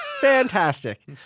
Fantastic